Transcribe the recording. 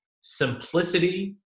simplicity